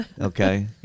okay